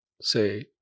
say